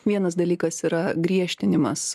vienas dalykas yra griežtinimas